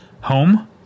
home